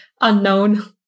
unknown